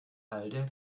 halde